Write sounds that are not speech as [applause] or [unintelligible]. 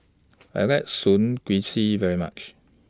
I like [unintelligible] very much